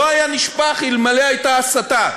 לא היה נשפך אלמלא הייתה הסתה.